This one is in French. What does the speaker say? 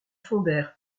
fondèrent